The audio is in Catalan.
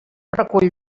recull